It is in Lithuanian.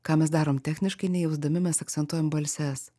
ką mes darom techniškai nejausdami mes akcentuojam balses